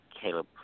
Caleb